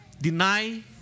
Deny